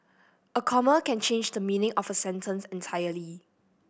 a comma can change the meaning of a sentence entirely